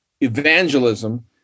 evangelism